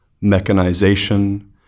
mechanization